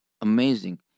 amazing